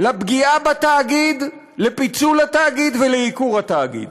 לפגיעה בתאגיד, לפיצול התאגיד ולעיקור התאגיד.